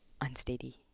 unsteady